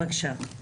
בקשה.